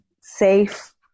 safe